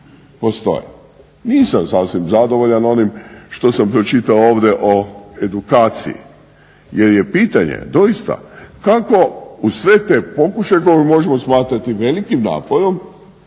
postoje. Nisam sasvim zadovoljan onim što sam pročitao ovdje o edukaciji jer je pitanje doista kako uz sve te pokušaje koje možemo smatrati velikim naporom,